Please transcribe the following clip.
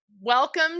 welcome